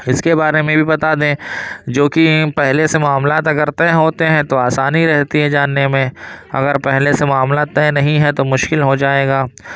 اس کے بارے میں بھی بتا دیں جو کہ پہلے سے معاملات اگر طے ہوتے ہیں تو آسانی رہتی ہے جاننے میں اگر پہلے سے معاملات طے نہیں ہیں تو مشکل ہو جائے گا